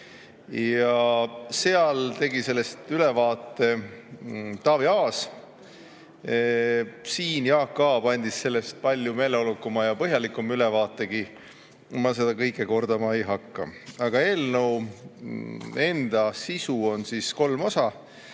Seal tegi sellest ülevaate Taavi Aas. Siin Jaak Aab andis sellest palju meeleolukama ja põhjalikuma ülevaate, nii et ma seda kõike kordama ei hakka. Aga eelnõu enda sisu on kolm osa: